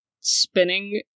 spinning